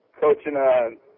Coaching